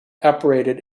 operated